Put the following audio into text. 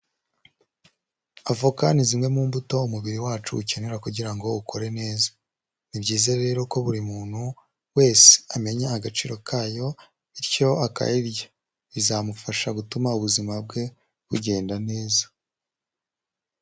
Avoka ni zimwe mu mbuto umubiri wacu ukenera kugira ngo ukore neza, ni byiza rero ko buri muntu wese amenya agaciro kayo bityo akayirya, bizamufasha gutuma ubuzima bwe bugenda neza.